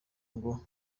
ngo